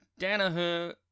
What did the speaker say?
Danaher